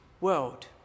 world